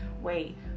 wait